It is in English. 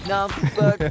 Number